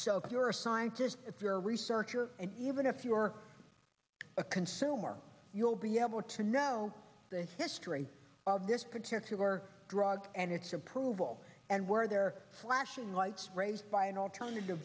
if you're a scientist if your research or even if you are a consumer you'll be able to know the history of this particular drug and its approval and where there are flashing lights raised by an alternative